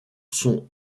sont